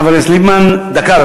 חבר הכנסת ליפמן, דקה.